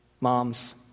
Moms